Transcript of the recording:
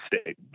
state